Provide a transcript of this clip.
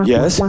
Yes